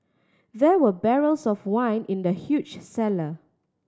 there were barrels of wine in the huge cellar